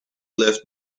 laughed